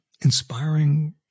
inspiring